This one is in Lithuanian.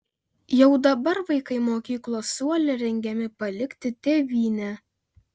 jau dabar vaikai mokyklos suole rengiami palikti tėvynę